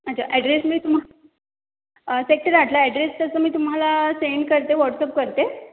अच्छा ॲड्रेस मी तुम्हा सेक्टर आठला ॲड्रेस तसं मी तुम्हाला सेंड करते वॉट्सअप करते